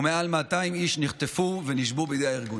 ומעל 200 איש נחטפו ונשבו בידי הארגון.